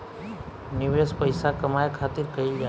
निवेश पइसा कमाए खातिर कइल जाला